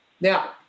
now